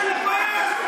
תודה רבה.